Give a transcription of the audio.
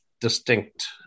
distinct